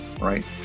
right